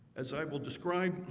as i will describe